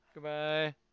goodbye